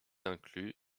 inclut